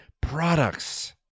products